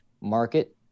market